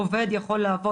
עובד יכול לעבוד,